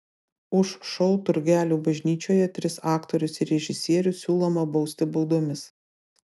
už šou turgelių bažnyčioje tris aktorius ir režisierių siūloma bausti baudomis